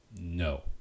no